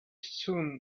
soon